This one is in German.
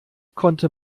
konnte